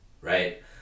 right